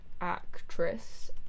actress